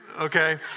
okay